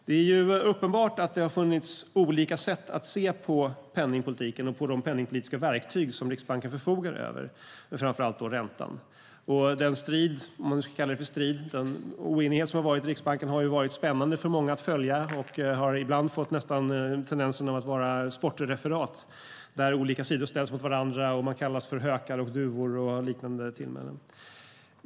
Det är uppenbart att det funnits olika sätt att se på penningpolitiken och de penningpolitiska verktyg som Riksbanken förfogar över, framför allt räntan. Den strid, om vi ska kalla det för strid, eller den oenighet som rått i Riksbanken har för många varit spännande att följa. Den har ibland fått tendensen av ett sportreferat där olika sidor ställts mot varandra och kallats för hökar och duvor och andra tillmälen.